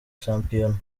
shampiyona